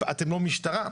אתם לא משטרה.